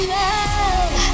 love